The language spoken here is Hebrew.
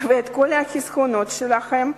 ואת כל החסכונות שלהם.